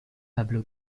pablo